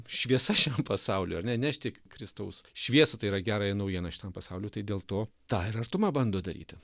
šviesa šiam pasauly ar ne nešti kristaus šviesą tai yra gerąją naujieną šitam pasauliui tai dėl to tą ir artuma bando daryti